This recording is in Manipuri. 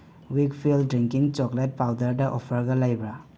ꯋꯤꯛꯐꯤꯜ ꯗ꯭ꯔꯤꯡꯀꯤꯡ ꯆꯣꯀ꯭ꯂꯦꯠ ꯄꯥꯎꯗꯔꯗ ꯑꯣꯐꯔꯒ ꯂꯩꯕ꯭ꯔꯥ